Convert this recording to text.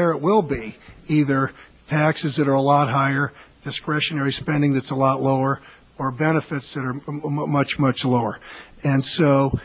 there will be either taxes that are a lot higher discretionary spending that's a lot lower or benefits that are much much lower and so